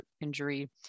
injury